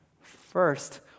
First